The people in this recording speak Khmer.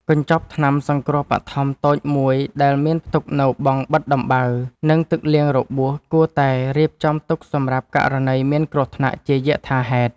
កញ្ចប់ថ្នាំសង្គ្រោះបឋមតូចមួយដែលមានផ្ទុកនូវបង់បិទដំបៅ និងទឹកលាងរបួស គួរតែរៀបចំទុកសម្រាប់ករណីមានគ្រោះថ្នាក់ជាយថាហេតុ។